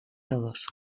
todos